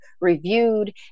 reviewed